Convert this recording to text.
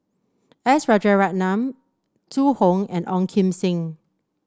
S Rajaratnam Zhu Hong and Ong Kim Seng